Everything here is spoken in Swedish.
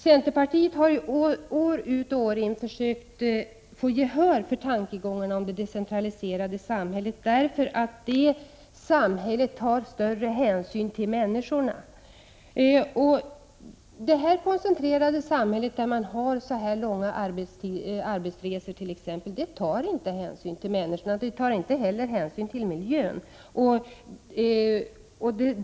Centerpartiet har år ut och år in försökt få gehör för tankegångarna om det decentraliserade samhället, därför att det samhället tar större hänsyn till människorna. Det koncentrerade samhället, där man t.ex. har så långa arbetsresor, tar inte hänsyn till människorna — och det tar inte heller hänsyn till miljön.